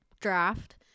draft